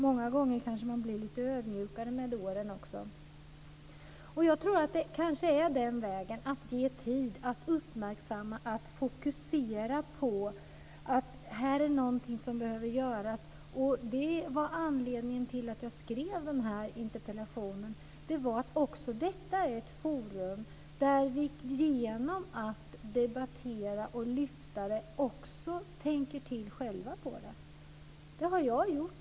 Många gånger kanske man blir lite ödmjukare med åren. Jag tror att det kanske är den vägen man måste gå: att ge tid, att uppmärksamma, att fokusera på att det är någonting som behöver göras. Det var anledningen till att jag skrev den här interpellationen. Även detta är ju ett forum där vi genom att debattera och lyfta fram frågor också tänker till själva. Det har jag gjort.